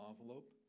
envelope